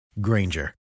Granger